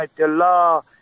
Allah